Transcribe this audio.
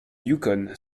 yukon